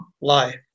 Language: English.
life